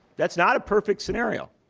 that's not a perfect scenario,